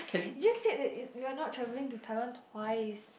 you just said that it you're not travelling to Taiwan twice